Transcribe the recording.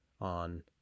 on